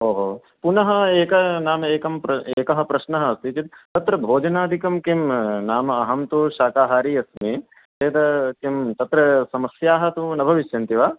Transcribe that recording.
ओहो पुनः एकः नाम एकः प्र् एकः प्रश्नः अस्ति चेत् अत्र भोजनादिकं किं नाम अहं तु शाकाहारी अस्मि यद् किं तत्र समस्याः तु न भविष्यन्ति वा